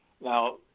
Now